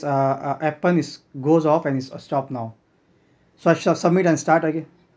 uh uh appen is goes off and it's stop now so shall I submit and start again